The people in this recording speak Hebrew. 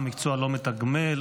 המקצוע לא מתגמל?